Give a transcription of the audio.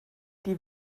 die